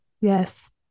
Yes